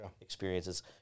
experiences